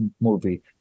movie